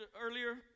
earlier